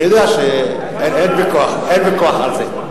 אני יודע שאין ויכוח על זה.